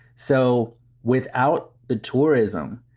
so without the tourism,